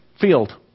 field